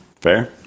Fair